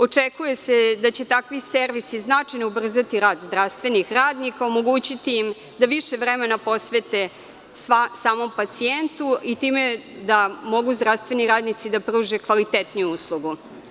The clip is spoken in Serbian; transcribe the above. Očekuje se da će takvi servisi značajno ubrzati rad zdravstvenih radnika, omogućiti im da više vremena posvete samom pacijentu i time da mogu zdravstveni radnici da pruže kvalitetnije uslugu.